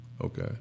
Okay